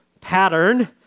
pattern